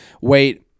Wait